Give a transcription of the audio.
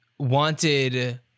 wanted